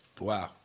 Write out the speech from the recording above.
Wow